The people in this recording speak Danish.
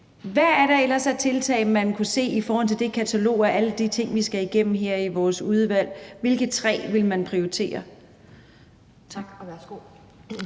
Hvad er der ellers af tiltag, man kunne se for sig i forhold til det katalog af alle de ting, vi skal igennem her i vores udvalg? Hvilke tre vil man prioritere? Kl.